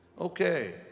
Okay